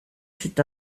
c’est